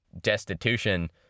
destitution